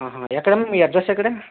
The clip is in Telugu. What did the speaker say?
ఆహా ఎక్కడమ్మ మీ అడ్రస్ ఎక్కడ